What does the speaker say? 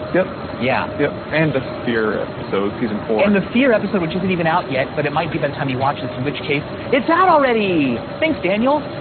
yep. yeah. yep, and the fear episode season four. and the fear episode, which isn't even out yet, but it might be by the time you watch this, in which case, it's out already! thanks, daniel.